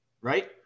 Right